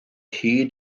hyd